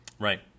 Right